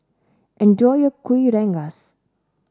enjoy your Kuih Rengas